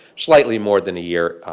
slightly more than a year,